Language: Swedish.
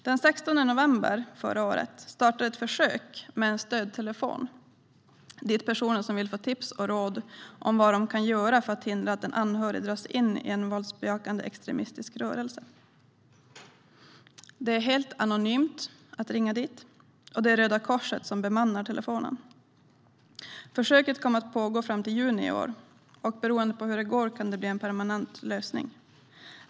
Den 16 november förra året startade ett försök med en stödtelefon dit personer kan ringa om de vill få tips och råd om vad de kan göra för att hindra att en anhörig dras in i en våldsbejakande extremistisk rörelse. Man kan ringa dit helt anonymt, och det är Röda Korset som bemannar telefonen. Försöket kommer att pågå fram till juni i år, och beroende på hur det går kan det bli en permanent lösning.